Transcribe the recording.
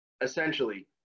essentially